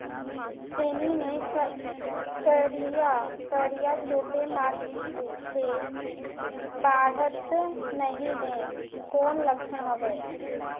सेमी मे करिया करिया छोटे माछी हे बाढ़त नहीं हे कौन लक्षण हवय?